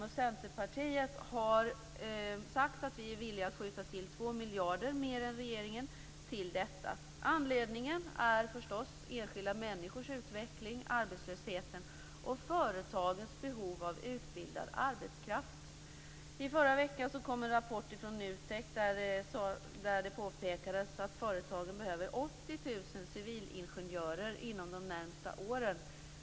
Vi i Centerpartiet har sagt att vi är villiga att skjuta till 2 miljarder mer än regeringen till detta. Anledningen är förstås enskilda människors utveckling, arbetslösheten och företagens behov av utbildad arbetskraft. I förra veckan kom en rapport från NUTEK där det påpekades att företagen behöver 80 000 civilingenjörer inom de närmaste åren.